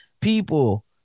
people